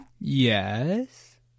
Yes